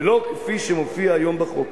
ולא כפי שמופיע היום בחוק,